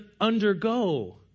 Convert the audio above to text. undergo